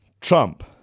Trump